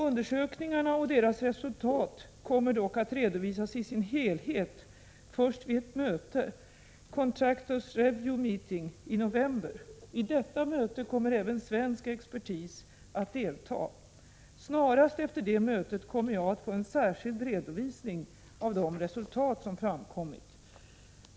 Undersökningarna och deras resultat kommer dock att redovisas i sin helhet först vid ett möte, Contractors” Review Meeting, i november. Vid detta möte kommer även svensk expertis 115 att delta. Snarast efter det mötet kommer jag att få en särskild redovisning av de resultat som framkommit.